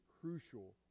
crucial